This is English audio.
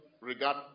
regard